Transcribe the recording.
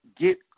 get